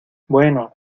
bueno